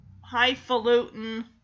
highfalutin